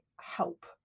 help